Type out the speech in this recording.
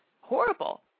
horrible